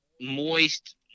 moist